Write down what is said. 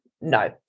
no